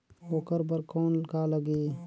ओकर बर कौन का लगी?